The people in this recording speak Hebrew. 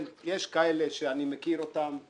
יש כאלה שאני מכיר אותם,